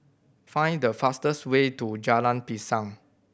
find the fastest way to Jalan Pisang